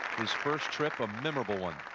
his first trip. a memorable one